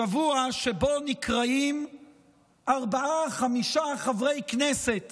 שבוע שבו נקראים ארבעה-חמישה חברי כנסת